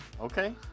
Okay